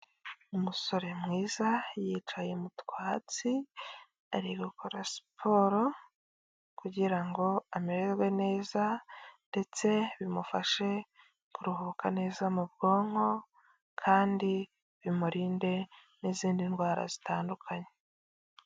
Umusore mwiza yicaye mu twatsi ari gukora siporo kugira ngo amererwe neza ndetse bimufashe kuruhuka neza mu bwonko kandi bimurinde n'izindi ndwara zitandukanye.